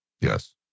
Yes